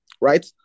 right